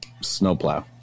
snowplow